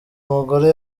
mugore